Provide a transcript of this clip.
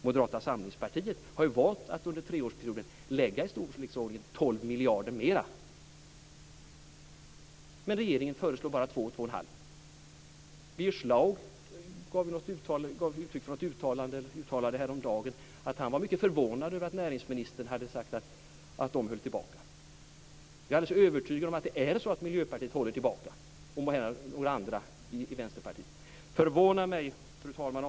Moderata samlingspartiet har ju valt att under treårsperioden lägga i storleksordningen 12 miljarder mer. Regeringen föreslår bara 2-2 1⁄2. Birger Schlaug uttalade häromdagen att han var mycket förvånad över att näringsministern hade sagt att de höll tillbaka. Jag är alldeles övertygad om att det är så att Miljöpartiet håller tillbaka, och kanske även några i Vänsterpartiet. Fru talman!